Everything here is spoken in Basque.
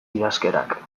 idazkerak